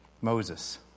Moses